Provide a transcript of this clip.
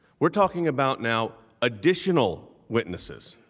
were talking about now additional witnesses.